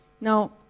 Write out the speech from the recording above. now